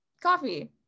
Coffee